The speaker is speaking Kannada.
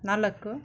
ನಾಲ್ಕು